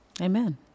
Amen